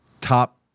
top